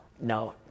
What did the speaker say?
No